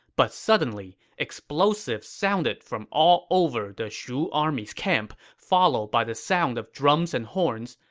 but suddenly, explosives sounded from all over the shu army's camp, followed by the sound of drums and horns.